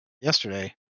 yesterday